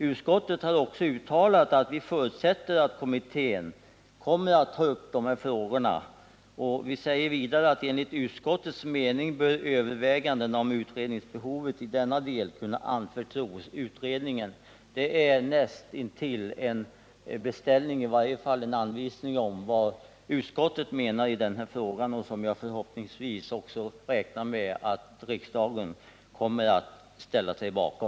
Utskottet har också uttalat att det förutsätter att kommittén kommer att ta upp de här frågorna. Utskottet anför vidare: ”Enligt utskottets mening bör övervägandena om utredningsbehovet i denna del kunna anförtros utredningen.” Det är näst intill en beställning, i varje fall en anvisning om vad utskottet menar i denna fråga — något som riksdagen kommer att ställa sig bakom.